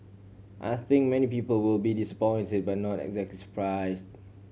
I think many people will be disappointed but not exactly surprise